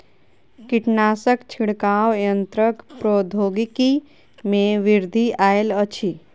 कीटनाशक छिड़काव यन्त्रक प्रौद्योगिकी में वृद्धि आयल अछि